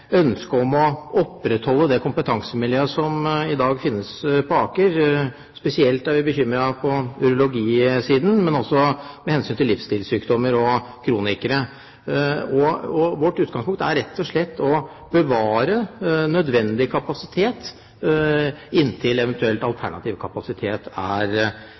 dag finnes på Aker. Spesielt er vi bekymret på urologisiden, men også med hensyn til livsstilssykdommer og kronikere. Vårt utgangspunkt er rett og slett å bevare nødvendig kapasitet inntil eventuell alternativ kapasitet er